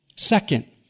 Second